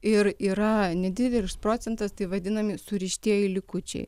ir yra nedidelis procentas taip vadinami surištieji likučiai